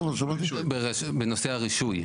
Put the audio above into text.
בנושא הרישוי,